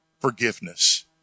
forgiveness